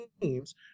teams